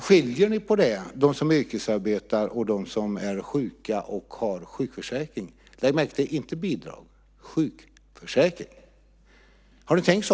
Skiljer ni mellan dem som yrkesarbetar och dem som är sjuka och har sjukförsäkring? Lägg märke till att jag säger sjukförsäkring , inte bidrag! Har ni tänkt så?